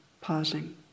Pausing